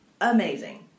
amazing